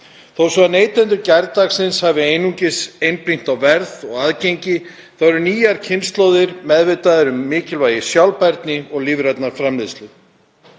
Þó svo að neytendur gærdagsins hafi einungis einblínt á verð og aðgengi eru nýjar kynslóðir meðvitaðri um mikilvægi sjálfbærni og lífrænnar framleiðslu.